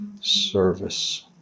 service